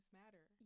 matter